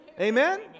Amen